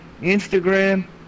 instagram